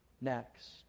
Next